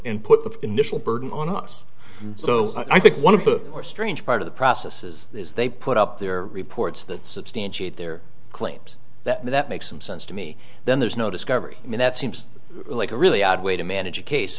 the initial burden on us so i think one of the more strange part of the process is is they put up their reports that substantiate their claims that that makes some sense to me then there's no discovery i mean that seems like a really odd way to manage a case